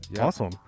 Awesome